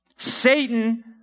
Satan